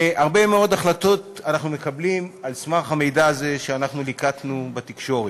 הרבה מאוד החלטות אנחנו מקבלים על סמך המידע הזה שאנחנו ליקטנו בתקשורת.